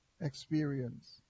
experience